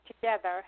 together